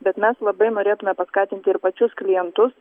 bet mes labai norėtume paskatinti ir pačius klientus